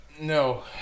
No